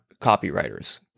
copywriters